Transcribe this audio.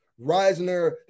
Reisner